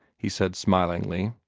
he said smilingly.